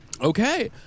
Okay